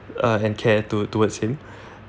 uh and care to~ towards him